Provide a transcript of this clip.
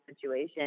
situation